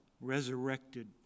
resurrected